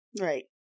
Right